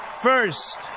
first